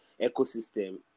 ecosystem